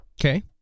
Okay